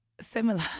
Similar